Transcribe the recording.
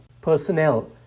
personnel